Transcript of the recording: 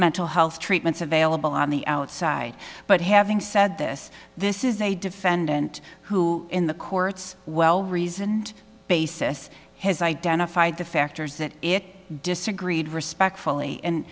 mental health treatments available on the outside but having said this this is a defendant who in the courts well reasoned basis has identified the factors that it disagreed respectfully and